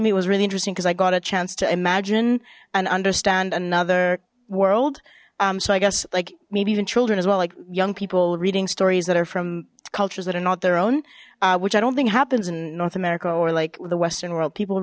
me was really interesting because i got a chance to imagine and understand another world so i guess like maybe even children is well like young people reading stories that are from cultures that are not their own which i don't think happens in north america or like the western world people